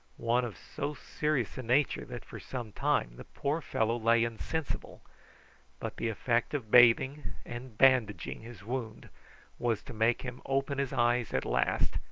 one of so serious a nature that for some time the poor fellow lay insensible but the effect of bathing and bandaging his wound was to make him open his eyes at last,